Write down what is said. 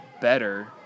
better